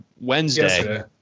Wednesday